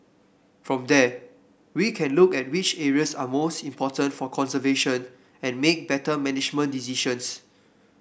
from there we can look at which areas are most important for conservation and make better management decisions